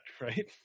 right